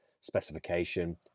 specification